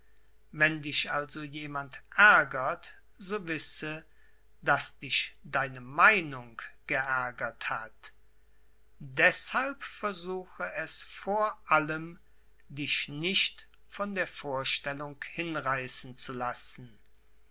wenn dich also jemand ärgert so wisse daß dich deine meinung geärgert hat deßhalb versuche es vor allem dich nicht von der vorstellung hinreißen zu lassen